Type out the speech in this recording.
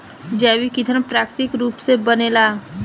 जैविक ईधन प्राकृतिक रूप से बनेला